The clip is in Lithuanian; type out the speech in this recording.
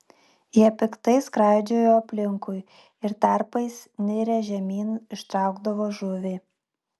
jie piktai skraidžiojo aplinkui ir tarpais nirę žemyn ištraukdavo žuvį